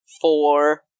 four